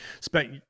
spent